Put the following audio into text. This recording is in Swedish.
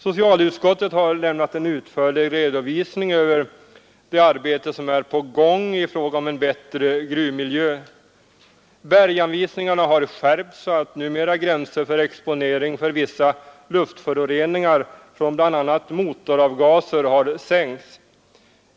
Socialutskottet har lämnat en utförlig redovisning för det arbete som är på gång i fråga om en bättre gruvmiljö. Berganvisningarna har skärpts så att numera gränserna för exponering för vissa luftföroreningar från bl.a. motoravgaser har sänkts.